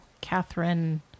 Catherine